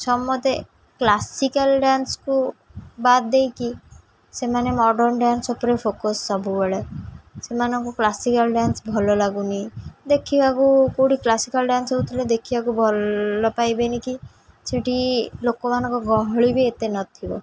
ସମସ୍ତେ କ୍ଲାସିକାଲ୍ ଡ୍ୟାନ୍ସକୁ ବାଦ୍ ଦେଇକି ସେମାନେ ମଡ଼ର୍ଣ୍ଣ ଡ୍ୟାନ୍ସ ଉପରେ ଫୋକସ୍ ସବୁବେଳେ ସେମାନଙ୍କୁ କ୍ଲାସିକାଲ୍ ଡ୍ୟାନ୍ସ ଭଲ ଲାଗୁନି ଦେଖିବାକୁ କେଉଁଠି କ୍ଲାସିକାଲ୍ ଡ୍ୟାନ୍ସ ହଉଥିଲେ ଦେଖିବାକୁ ଭଲ ପାଇବେନି କି ସେଇଠି ଲୋକମାନଙ୍କ ଗହଳି ବି ଏତେ ନଥିବ